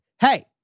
Hey